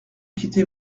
quitter